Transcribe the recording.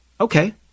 okay